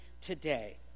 today